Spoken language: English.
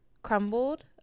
Crumbled